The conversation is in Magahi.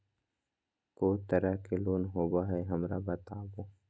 को तरह के लोन होवे हय, हमरा बताबो?